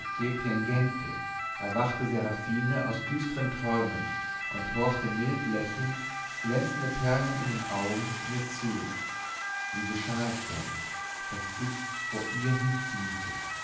erwachte seraphine aus düstern träumen und horchte mild lächelnd glänzende perlen in den augen mir zu wie geschah es denn daß ich vor ihr hinkniete